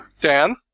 Dan